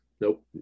Nope